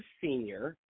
senior